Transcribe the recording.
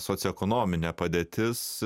socioekonominė padėtis